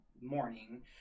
morning